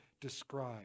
describe